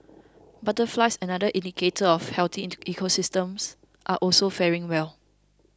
butterflies another indicator of a healthy into ecosystems are also faring well